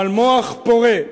בעל מוח פורה,